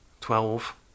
twelve